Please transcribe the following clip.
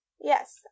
Yes